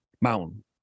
Mountain